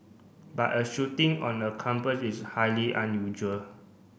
but a shooting on a campus is highly unusual